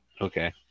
okay